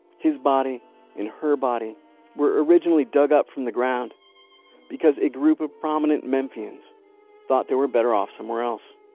his body and her body were originally dug up from the ground because a group of prominent memphians thought they were better off somewhere else.